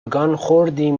ﮔﺮﮔﺎﻥ